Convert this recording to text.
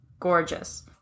Gorgeous